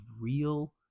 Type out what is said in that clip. real